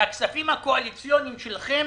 ואילו הכספים הקואליציוניים שלכם